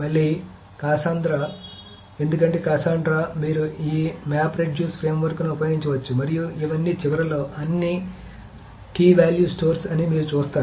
మళ్లీ కసాండ్రా ఎందుకంటే కసాండ్రా మీరు ఈ మ్యాప్ రెడ్యూస్ ఫ్రేమ్వర్క్ను ఉపయోగించ వచ్చు మరియు ఇవన్నీ చివరలో అన్ని కీ వేల్యూ స్టోర్స్ అని మీరు చూస్తారు